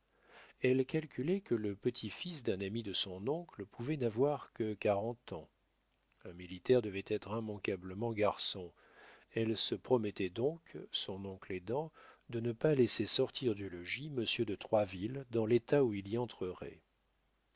elle calculait que le petit-fils d'un ami de son oncle pouvait n'avoir que quarante ans un militaire devait être immanquablement garçon elle se promettait donc son oncle aidant de ne pas laisser sortir du logis monsieur de troisville dans l'état où il y entrerait